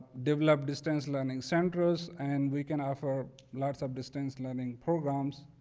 develop distance learning centers, and we can offer lots of distance learning programs.